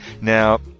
now